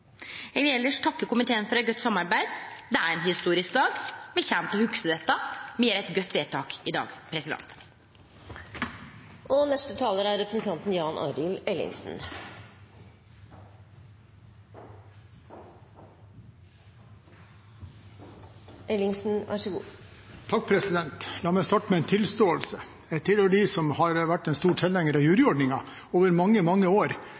Eg vil elles takke komiteen for eit godt samarbeid. Det er ein historisk dag. Me kjem til å hugse dette. Me gjer eit godt vedtak i dag. La meg starte med en tilståelse. Jeg tilhører dem som har vært en stor tilhenger av juryordningen over mange, mange år,